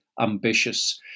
ambitious